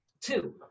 Two